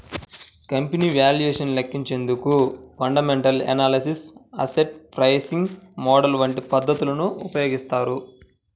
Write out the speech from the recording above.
company valuation ను లెక్కించేందుకు fundamental analysis, asset pricing model వంటి పద్ధతులను ఉపయోగిస్తారు